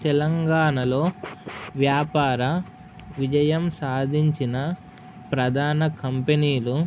తెలంగాణలో వ్యాపార విజయం సాధించిన ప్రధాన కంపెనీలు